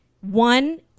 One